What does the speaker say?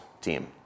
team